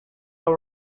all